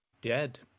dead